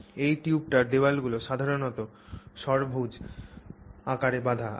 এই টিউবটির দেয়ালগুলি সাধারণত ষড়ভুজ আকারে বাঁধা আছে